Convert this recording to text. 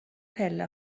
پله